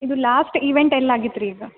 ಇದು last event ಎಲ್ಲಿ ಆಗಿತ್ತು ರೀ ಈಗ